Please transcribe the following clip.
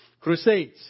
Crusades